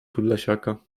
podlasiaka